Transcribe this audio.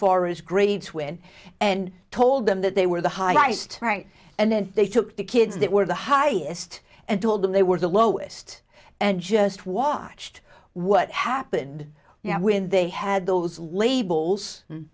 far as grades when and told them that they were the highest ranked and then they took the kids that were the highest and told them they were the lowest and just watched what happened when they had those labels